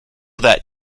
that